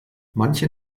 manche